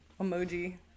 Emoji